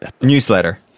newsletter